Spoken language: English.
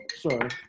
Sorry